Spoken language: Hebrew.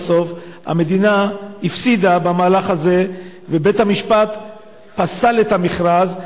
בסוף המדינה הפסידה במהלך הזה ובית-המשפט פסל את המכרז.